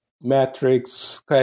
metrics